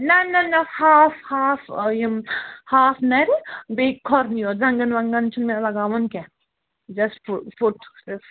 نہَ نہَ نہَ ہاف ہاف یِم ہاف نَرِ بیٚیہِ کھۅرٕنٕے یوت زَنٛگَن وَنٛگَن چھُنہٕ مےٚ لَگاوُن کیٚنٛہہ جَسٹ فُٹ جس